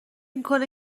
میکنه